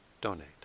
donate